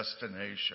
destination